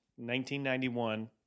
1991